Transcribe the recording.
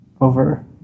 over